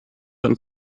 und